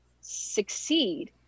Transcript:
succeed